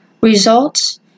results